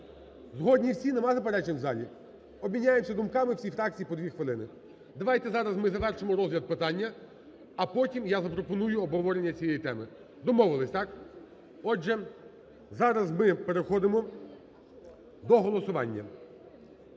Згодні всі, нема заперечень в залі? Обміняємось думками, всі фракції по 2 хвилини. Давайте зараз ми завершимо розгляд питання, а потім я запропоную обговорення цієї теми. Домовились, так? Отже, зараз ми переходимо до голосування.